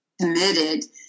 committed